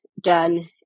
done